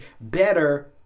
better